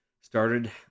started